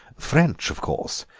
french, of course,